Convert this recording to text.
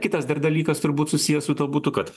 kitas dar dalykas turbūt susijęs su tuo būtų kad